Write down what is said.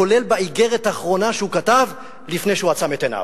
כולל באיגרת האחרונה שהוא כתב לפני שהוא עצם את עיניו.